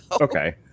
Okay